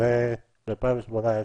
ב-2018,